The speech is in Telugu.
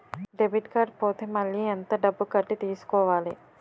డెబిట్ కార్డ్ పోతే మళ్ళీ ఎంత డబ్బు కట్టి తీసుకోవాలి?